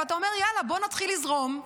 ואתה אומר: יאללה, בוא נתחיל לזרום,